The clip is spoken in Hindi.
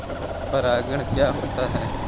परागण क्या होता है?